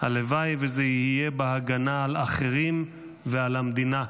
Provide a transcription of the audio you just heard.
הלוואי וזה יהיה בהגנה על אחרים ועל המדינה.